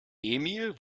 emil